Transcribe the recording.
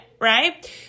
right